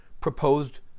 proposed